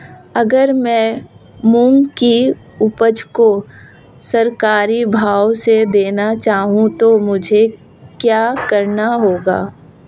अगर मैं मूंग की उपज को सरकारी भाव से देना चाहूँ तो मुझे क्या करना होगा?